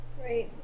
Right